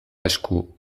esku